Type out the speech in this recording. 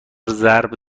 ضرب